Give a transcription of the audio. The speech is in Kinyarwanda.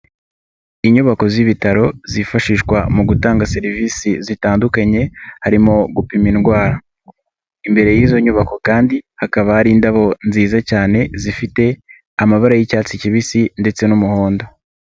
Inyubako z'ibitaro zifashishwa mu gutanga serivisi zitandukanye, harimo gupima indwara, imbere y'izo nyubako kandi hakaba hari indabo nziza cyane zifite amabara y'icyatsi kibisi ndetse n'umuhondo.